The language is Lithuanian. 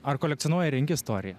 ar kolekcionuoji renki istoriją